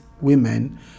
women